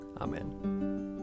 Amen